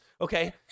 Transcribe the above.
okay